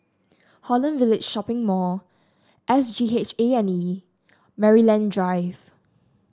Holland Village Shopping Mall S G H A and E Maryland Drive